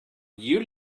you